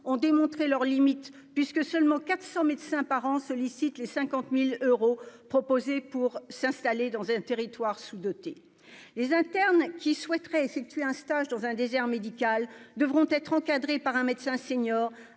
démontré leurs limites, puisque seulement 400 médecins parents sollicite les 50000 euros proposés pour s'installer dans un territoire sous-doté, les internes qui souhaiteraient effectuer un stage dans un désert médical devront être encadrée par un médecin senior